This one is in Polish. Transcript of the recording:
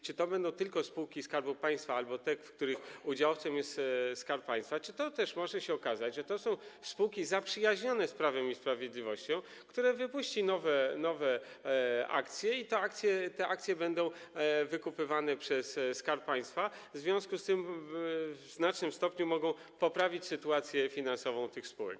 Czy to będą tylko spółki Skarbu Państwa albo te, w których udziałowcem jest Skarb Państwa, czy też może się okazać, że to są spółki zaprzyjaźnione z Prawem i Sprawiedliwością, które wypuści nowe akcje i te akcje będą wykupywane przez Skarb Państwa, w związku z czym w znacznym stopniu mogą poprawić sytuację finansową tych spółek?